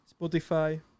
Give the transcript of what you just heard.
Spotify